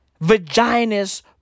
vaginas